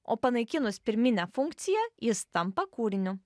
o panaikinus pirminę funkciją jis tampa kūriniu